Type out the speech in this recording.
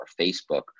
Facebook